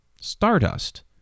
stardust